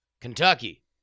Kentucky